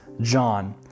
John